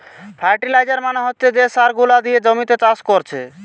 fertiliser মানে হচ্ছে যে সার গুলা দিয়ে জমিতে চাষ কোরছে